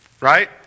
right